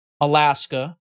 Alaska